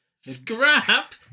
Scrap